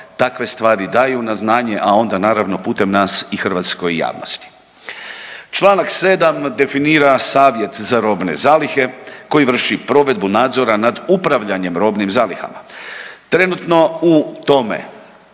takve stvari daju na znanju, a onda naravno putem nas i hrvatskoj javnosti. Čl. 7. definira savjet za robne zalihe koji vrši provedbu nadzora nad upravljanjem robnim zalihama. Trenutno u tome